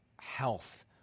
health